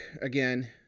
again